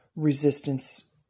resistance